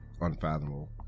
unfathomable